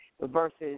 versus